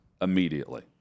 immediately